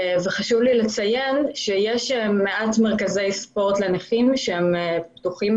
יש מעט מרכזי ספורט לנכים שפתוחים,